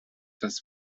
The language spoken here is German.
das